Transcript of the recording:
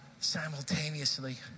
simultaneously